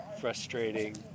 frustrating